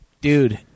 dude